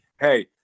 hey